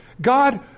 God